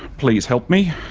please help me,